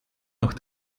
nach